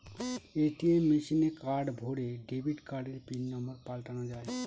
ATM মেশিনে card ভোরে debit কার্ডের পিন নম্বর পাল্টানো যায়